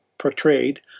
portrayed